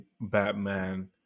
Batman